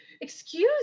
Excuse